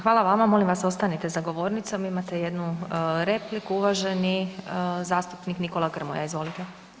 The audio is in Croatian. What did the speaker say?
Hvala vama, molim vas ostanite za govornicom, imate jednu repliku, uvaženi zastupnik Nikola Grmoja, izvolite.